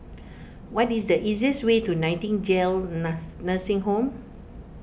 what is the easiest way to Nightingale Nursing Home